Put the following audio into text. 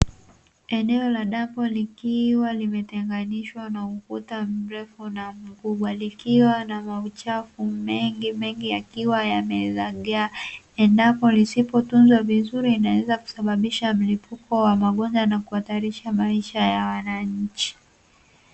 Eneo la dampo likiwa limetenganishwa na ukuta mrefu na mkubwa, likiwa na mauchafu mengimengi yakiwa yamezagaa. Endapo lisipotunzwa vizuri, inaweza kusababisha mlipuko wa magonjwa na kuhatarisha maisha ya wananchi.